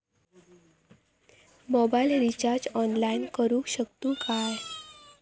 Mobile recharge online करुक शकतू काय?